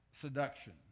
seduction